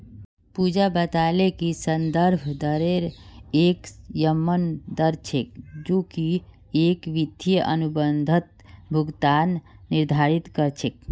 पूजा बताले कि संदर्भ दरेर एक यममन दर छेक जो की एक वित्तीय अनुबंधत भुगतान निर्धारित कर छेक